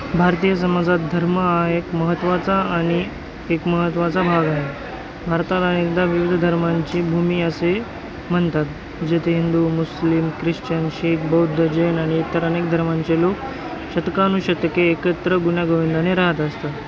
भारतीय समाजात धर्म हा एक महत्त्वाचा आणि एक महत्त्वाचा भाग आहे भारतात अनेकदा विविध धर्मांची भूमी असे म्हणतात जिथे हिंदू मुस्लिम ख्रिश्चन शीख बौद्ध जैन आणि इतर अनेक धर्मांचे लोक शतकानुशतके एकत्र गुण्यागोविंदाने राहत असतात